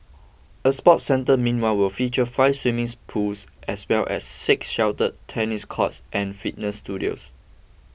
a sports centre meanwhile will feature five swimming pools as well as six sheltered tennis courts and fitness studios